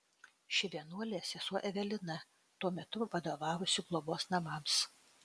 ši vienuolė sesuo evelina tuo metu vadovavusi globos namams